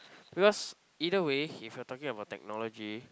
because either way if you are talking about technology